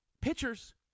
pitchers